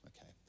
Okay